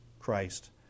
Christ